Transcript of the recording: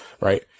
right